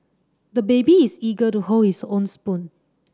the baby is eager to hold his own spoon